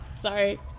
Sorry